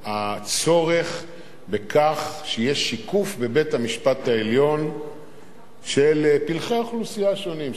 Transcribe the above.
הצורך שיהיה שיקוף בבית-המשפט העליון של פלחי האוכלוסייה השונים.